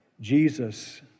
Jesus